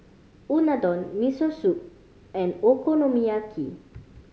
Unadon Miso Soup and Okonomiyaki